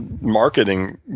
marketing